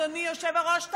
אדוני היושב-ראש,